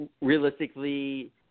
realistically